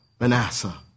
Manasseh